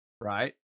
right